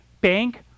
bank